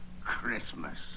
Christmas